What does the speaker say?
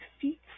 feet